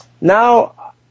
Now